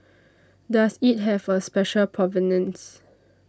does it have a special provenance